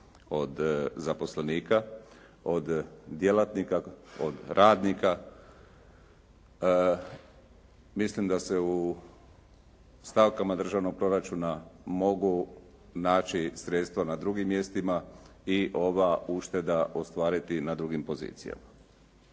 od zaposlenika, od djelatnika, od radnika. Mislim da se u stavkama državnog proračuna mogu naći sredstva na drugim mjestima i ova ušteda ostvariti na drugim pozicijama.